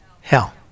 hell